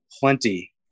plenty